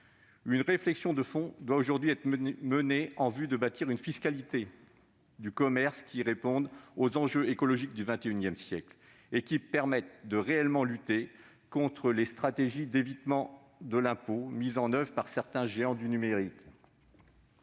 Une réflexion de fond doit aujourd'hui être menée en vue d'inventer une fiscalité du commerce répondant aux enjeux écologiques du XXIsiècle et permettant de lutter réellement contre les stratégies d'évitement de l'impôt mises en place par certains géants du numérique.